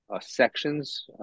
sections